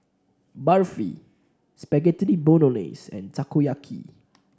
Barfi Spaghetti Bolognese and Takoyaki